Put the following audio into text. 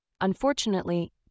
Unfortunately